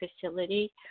facility